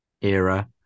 era